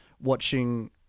watching